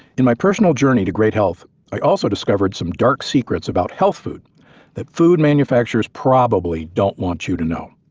in my personal journey to great health i also discovered some dark secrets about health food that food manufacturers probably don't want you to know.